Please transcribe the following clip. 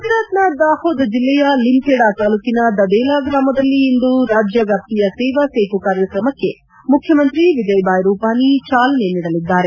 ಗುಜರಾತ್ನ ದಾಹೋದ್ ಜಿಲ್ಲೆಯ ಲಿಮ್ಮೇಡಾ ತಾಲೂಕಿನ ಧದೆಲಾ ಗ್ರಾಮದಲ್ಲಿ ಇಂದು ರಾಜ್ಯ ವ್ಯಾಪ್ತಿಯ ಸೇವಾಸೇತು ಕಾರ್ಯಕ್ರಮಕ್ಕೆ ಮುಖ್ಯಮಂತ್ರಿ ವಿಜಯಭಾಯಿ ರೂಪಾನಿ ಚಾಲನೆ ನೀಡಲಿದ್ದಾರೆ